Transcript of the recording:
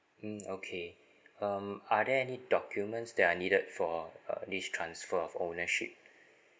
mm okay um are there any documents that I needed for uh this transfer of ownership